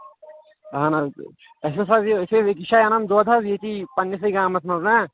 اَہن حظ اَسہِ ٲسۍ آز یہِ أسۍ ٲسۍ أکِس جایہِ اَنان دۄد حظ ییٚتی پَنٛنِسٕے گامَس منٛز نا